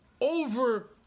over